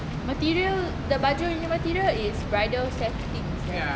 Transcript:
material the bajunya material is bridal setting right